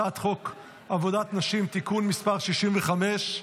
על הצעת חוק עבודת נשים (תיקון מס' 65),